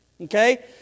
Okay